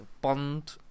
Bond